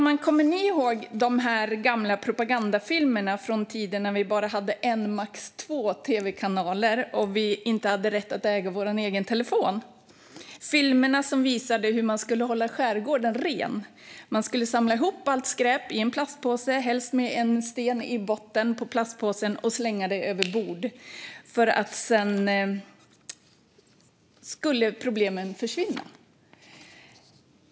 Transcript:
Men kommer ni ihåg de gamla propagandafilmerna från den tid då det bara fanns en eller max två tv-kanaler och vi inte hade rätt att äga vår egen telefon? På den tiden fanns det filmer som visade hur man skulle hålla skärgården ren: Man skulle samla ihop allt skräp i en plastpåse, helst med en sten i botten, och slänga det överbord. Sedan skulle problemen försvinna.